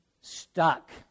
stuck